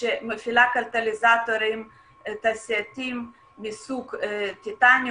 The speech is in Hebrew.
שמכילה קטליזטורים תעשייתיים מסוג טיטניום,